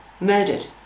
murdered